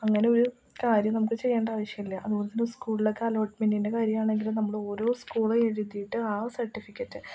അങ്ങനെ ഒരു കാര്യം നമുക്ക് ചെയ്യേണ്ട ആവിശ്യമില്ല അതുകൊണ്ട് സ്കൂളിലൊക്കെ അലോട്ട്മെൻ്റിൻ്റെ കാര്യമാണെങ്കിലും നമ്മൾ ഓരോ സ്കൂള് എഴുതിയിട്ട് ആ സർട്ടിഫിക്കറ്റ്